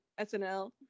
SNL